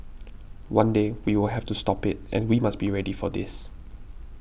one day we will have to stop it and we must be ready for this